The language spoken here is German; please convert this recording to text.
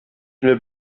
wir